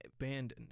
abandoned